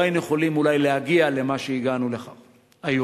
לא היינו יכולים אולי להגיע למה שהגענו היום.